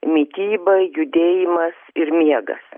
mityba judėjimas ir miegas